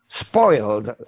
spoiled